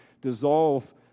dissolve